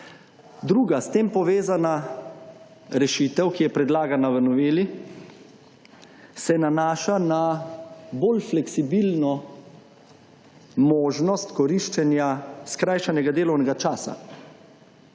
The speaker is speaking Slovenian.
Druga, s tem povezana rešitev, ki je predlagana v noveli, se nanaša na bolj fleksibilno možnost koriščenja **77. TRAK: (AJ)